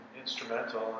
instrumental